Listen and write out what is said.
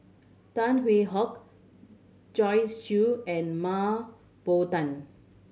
Tan Hwee Hock Joyce Jue and Mah Bow Tan